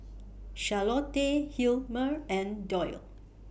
Charlottie Hilmer and Doyle